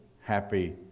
happy